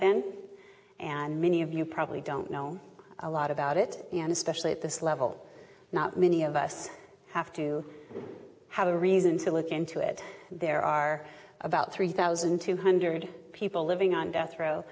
then and many of you probably don't know a lot about it and especially at this level not many of us have to have a reason to look into it there are about three thousand two hundred people living on death row